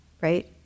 right